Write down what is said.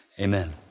amen